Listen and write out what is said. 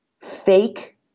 fake